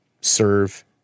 serve